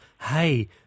hey